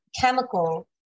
chemical